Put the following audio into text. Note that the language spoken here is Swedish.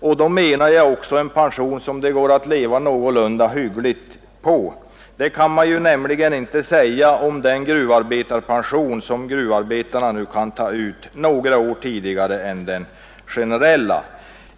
Och då bör det bli en pension som det går att leva någorlunda hyggligt på — det kan man nämligen inte göra på den pension som gruvarbetarna nu kan ta ut några år tidigare än enligt de generella bestämmelserna.